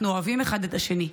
אנחנו אוהבים אחד את השני,